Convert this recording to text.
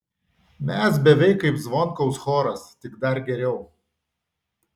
mes beveik kaip zvonkaus choras tik dar geriau